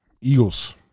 Eagles